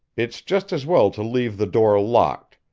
it's just as well to leave the door locked.